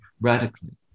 radically